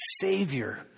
Savior